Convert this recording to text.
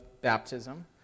baptism